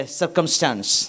circumstance